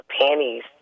panties